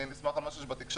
אני נסמך על מה שיש בתקשורת.